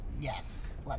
Yes